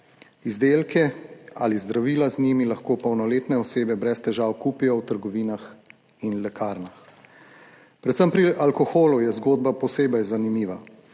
izdelke ali zdravila z njimi lahko polnoletne osebe brez težav kupijo v trgovinah in lekarnah. Predvsem pri alkoholu je zgodba posebej zanimiva,